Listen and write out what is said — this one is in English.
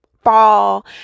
fall